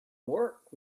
work